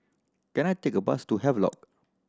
can I take a bus to Havelock